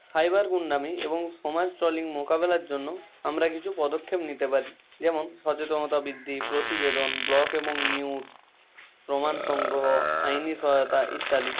cyber গুন্ডামি এবং সমাজ ট্রোলিং মোকাবেলার জন্য আমরা কিছু পদক্ষেপ নিতে পারি যেমন সচেতনতা বৃদ্ধি প্রতিবেদন ব্লক এবং মিউট প্রমাণ সংগ্রহ আইনি সহায়তা ইত্যাদি